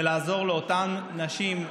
ולעזור לאותן נשים,